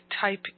type